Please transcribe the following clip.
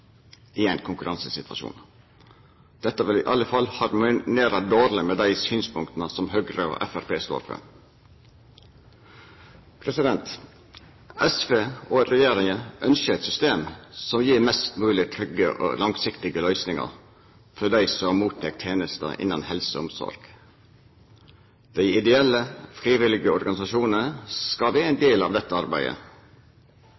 i ein konkurransesituasjon. Dette vil i alle fall harmonera dårleg med dei synspunkta som Høgre og Framstegspartiet står for. SV og regjeringa ønskjer eit system som gir mest mogleg trygge og langsiktige løysingar for dei som mottek tenester innan helse og omsorg. Dei ideelle frivillige organisasjonane skal vera ein